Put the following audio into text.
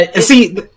See